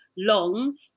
long